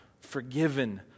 Forgiven